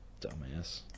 dumbass